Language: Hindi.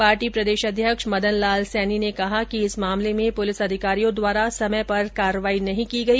पार्टी प्रदेशाध्यक्ष मदन लाल सैनी ने कहा कि इस मामले में पुलिस अधिकारियों द्वारा समय पर कार्रवाई नहीं की गई